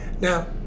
now